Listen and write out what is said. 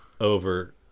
over